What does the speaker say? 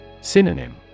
Synonym